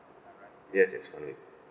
yes yes one week